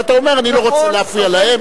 ואתה אומר: אני לא רוצה להפריע להם,